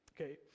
Okay